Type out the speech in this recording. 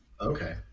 Okay